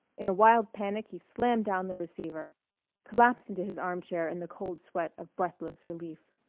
in a wild panic he slammed down the receiver collapsed into his armchair in the cold sweat of breathless relief.